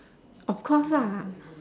of course ah